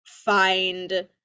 find